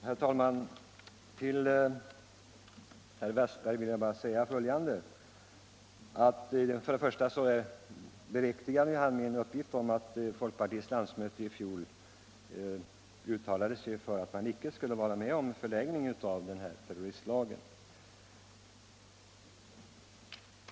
Herr talman! Till herr Westberg i Ljusdal vill jag bara säga följande. Först och främst beriktigade herr Westberg min uppgift om att folkpartiets landsmöte i fjol uttalade sig för att folkpartiet icke skulle vara med om någon förlängning av terroristlagen.